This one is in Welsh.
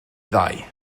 ddau